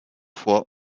vor